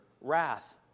wrath